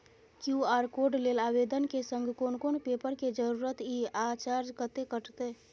QR code लेल आवेदन के संग कोन कोन पेपर के जरूरत इ आ चार्ज कत्ते कटते?